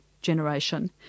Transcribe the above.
generation